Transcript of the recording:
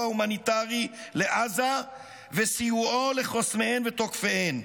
ההומניטרי לעזה וסיועו לחוסמיהן ותוקפיהן.